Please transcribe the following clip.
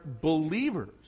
believers